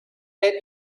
ate